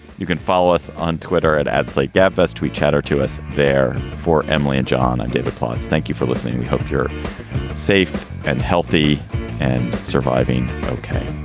you can follow us on twitter at at slate. devore's to reach out to us there for emily and john. i'm david plotz. thank you for listening. we hope you're safe and healthy and surviving. ok.